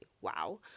Wow